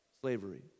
slavery